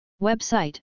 Website